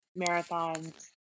marathons